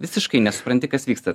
visiškai nesupranti kas vyksta